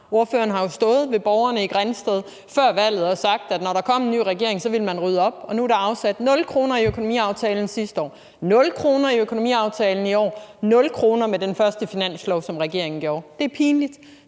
Ordføreren har jo stået med borgerne i Grindsted før valget og sagt, at når der kom en ny regering, ville man rydde op, og nu er der afsat nul kroner i økonomiaftalen sidste år, nul kroner i økonomiaftalen i år, nul kroner i den første finanslov, som regeringen lavede. Det er pinligt.